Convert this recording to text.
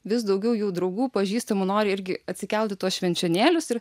vis daugiau jų draugų pažįstamų nori irgi atsikelt į tuos švenčionėlius ir